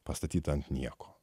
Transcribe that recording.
pastatyta ant nieko